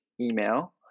email